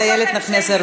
חברת הכנסת איילת נחמיאס,